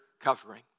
covering